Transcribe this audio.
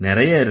நிறைய இருக்கு